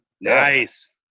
Nice